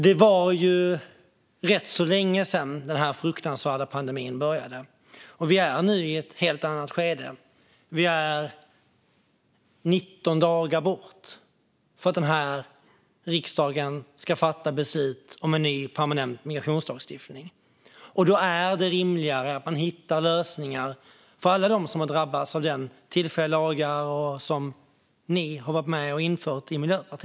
Det var rätt så länge sedan den här fruktansvärda pandemin började. Vi är nu i ett helt annat skede. Vi är 19 dagar bort från att riksdagen ska fatta beslut om en ny permanent migrationslagstiftning. Då är det rimligare att man hittar lösningar för alla dem som har drabbats av tillfälliga lagar som ni i Miljöpartiet varit med om att införa.